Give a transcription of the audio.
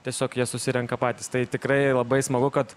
tiesiog jie susirenka patys tai tikrai labai smagu kad